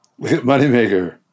Moneymaker